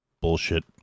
bullshit